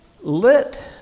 Let